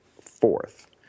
fourth